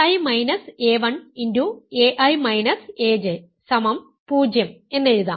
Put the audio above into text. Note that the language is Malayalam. a1 0 എന്ന് എഴുതാം